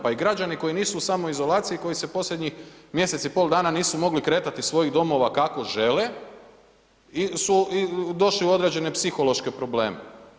Pa i građani koji nisu u samoizolaciji koji se posljednjih mjesec i pol dana nisu mogli kretati iz svojih domova kako žele su došli u određene psihološke probleme.